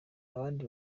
abandi